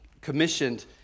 commissioned